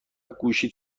گوشیت